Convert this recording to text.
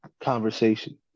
conversation